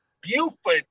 Buford